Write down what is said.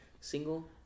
Single